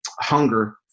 hunger